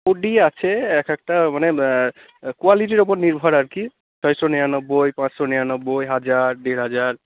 hoodie আছে এক একটা মানে কোয়ালিটির ওপর নির্ভর আর কি ছয়শো নিরানব্বই পাঁচশো নিরানব্বই হাজার দেড় হাজার